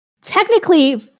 Technically